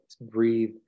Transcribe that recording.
breathe